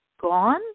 gone